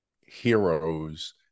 heroes